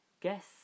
Guess